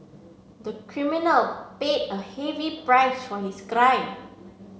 the criminal paid a heavy price for his crime